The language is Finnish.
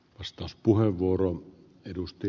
arvoisa puhemies